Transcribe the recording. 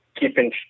keeping